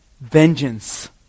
Vengeance